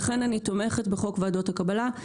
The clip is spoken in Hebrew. לכן אני תומכת בחוק ועדות הקבלה.